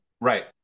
Right